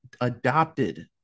adopted